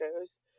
shows